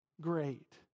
great